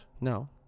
No